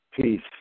peace